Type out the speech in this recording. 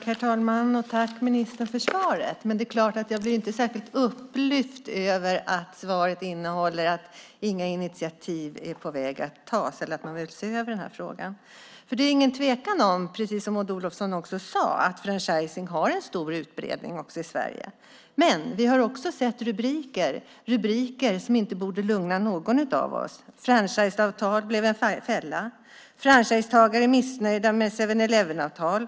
Herr talman! Tack, ministern, för svaret! Men det är klart att jag inte blir särskilt upplyft över att svaret innehåller uppgiften att inga initiativ är på väg att tas och att man inte vill se över den här frågan. Det är ingen tvekan om, precis som Maud Olofsson också sade, att franchising har en stor utbredning också i Sverige. Men vi har också sett rubriker som inte borde lugna någon av oss: Franchiseavtal blev en fälla. Franchisetagare missnöjda med 7-Eleven-avtal.